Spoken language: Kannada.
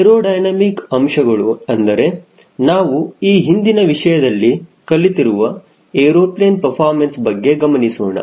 ಏರೋಡೈನಮಿಕ್ ಅಂಶಗಳು ಅಂದರೆ ನಾವು ಈ ಹಿಂದಿನ ವಿಷಯದಲ್ಲಿ ಕಲಿತಿರುವ ಏರೋಪ್ಲೇನ್ ಪರ್ಫಾರ್ಮೆನ್ಸ್ ಬಗ್ಗೆ ಗಮನಿಸೋಣ